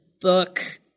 book